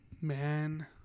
man